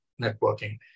networking